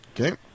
Okay